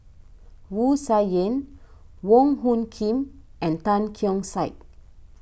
Wu Tsai Yen Wong Hung Khim and Tan Keong Saik